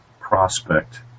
prospect